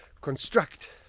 construct